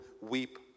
weep